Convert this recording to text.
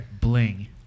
Bling